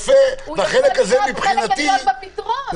יש לו חלק גדול מאוד בפתרון.